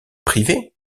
privée